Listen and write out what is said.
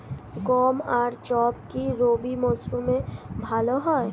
গম আর যব কি রবি মরশুমে ভালো হয়?